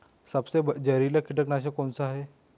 सबसे जहरीला कीटनाशक कौन सा है?